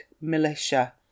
militia